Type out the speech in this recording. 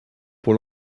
pour